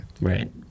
Right